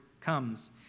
comes